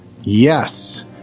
yes